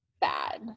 bad